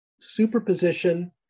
superposition